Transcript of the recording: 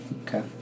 Okay